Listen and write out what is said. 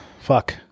Fuck